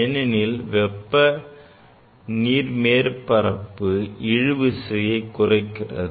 ஏனெனில் வெப்ப நீர் மேற்பரப்பு இழுவிசையை குறைக்கிறது